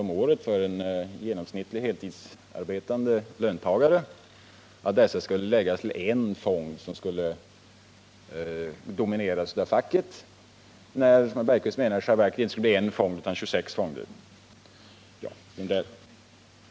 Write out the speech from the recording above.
om året för en genomsnittlig heltidsarbetande löntagare, till en enda fond, som skulle domineras av facket, när det i själva verket rörde sig om inte en utan 26 fonder.